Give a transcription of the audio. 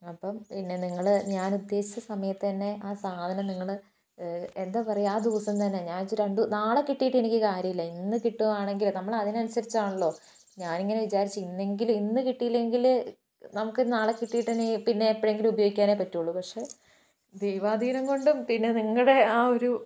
അപ്പം പിന്നെ നിങ്ങൾ ഞാൻ ഉദ്ദേശിച്ച സമയത്ത് തന്നെ ആ സാധനം നിങ്ങൾ എന്താ പറയുക ആ ദിവസം തന്നെ ഞാൻ വിചാരിച്ചു രണ്ടു നാളെ കിട്ടിയിട്ട് എനിക്ക് കാര്യമില്ല ഇന്ന് കിട്ടുകയാണെങ്കിൽ നമ്മൾ അതിന് അനുസരിച്ചാണല്ലോ ഞാൻ ഇങ്ങനെ വിചാരിച്ച് ഇന്നെങ്കിലും ഇന്നു കിട്ടിയില്ലെങ്കിൽ നമുക്ക് നാളെ കിട്ടിയിട്ട് ഇനി പിന്നെ എപ്പോഴെങ്കിലും ഉപയോഗിക്കാനെ പറ്റുള്ളൂ പക്ഷേ ദൈവാധീനം കൊണ്ടും പിന്നെ നിങ്ങളുടെ ആ ഒരു